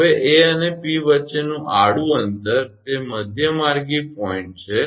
હવે 𝐴 અને 𝑃 વચ્ચેનું આડું અંતર તે મધ્યમાર્ગી પોઇન્ટ છે